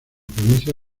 provincia